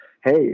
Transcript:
hey